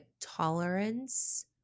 tolerance